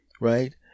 right